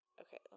Okay